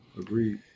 Agreed